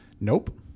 nope